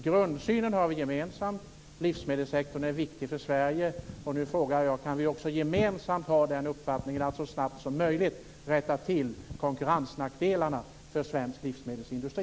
Grundsynen har vi gemensam. Livsmedelssektorn är viktig för Sverige. Nu frågar jag: Kan vi också gemensamt ha den uppfattningen att så snabbt som möjligt rätta till konkurrensnackdelarna för svensk livsmedelsindustri?